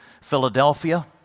Philadelphia